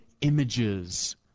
images